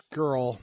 girl